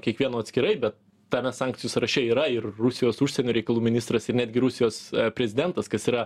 kiekvieno atskirai bet tame sankcijų sąraše yra ir rusijos užsienio reikalų ministras ir netgi rusijos prezidentas kas yra